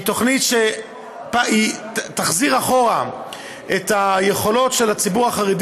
והיא תוכנית שתחזיר אחורה את היכולות של הציבור החרדי